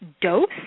dose